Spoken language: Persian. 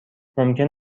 ممکن